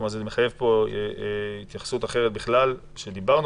זה מחייב התייחסות אחרת בכלל שדיברנו